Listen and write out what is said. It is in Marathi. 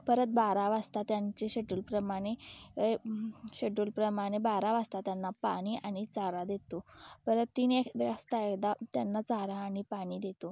परत बारा वाजता त्यांचे शेड्यूलप्रमाणे शेड्यूलप्रमाणे बारा वाजता त्यांना पाणी आणि चारा देतो परत तीन एकदा त्यांना चारा आणि पाणी देतो